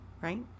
right